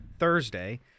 Thursday